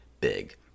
big